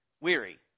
weary